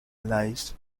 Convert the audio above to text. allies